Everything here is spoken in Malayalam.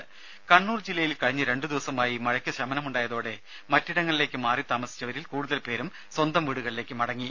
രേര കണ്ണൂർ ജില്ലയിൽ കഴിഞ്ഞ രണ്ടു ദിവസമായി മഴയ്ക്ക് ശമനമുണ്ടായതോടെ മറ്റിടങ്ങളിലേക്ക് മാറിത്താമസിച്ചവരിൽ കൂടുതൽ പേരും സ്വന്തം വീടുകളിലേക്ക് മടങ്ങി